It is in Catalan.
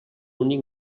únic